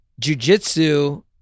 jujitsu-